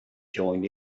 joint